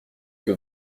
que